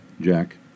Jack